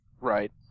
Right